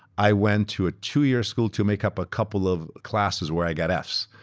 i went to a two-year school to make up a couple of classes where i got ah fs,